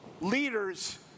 Leaders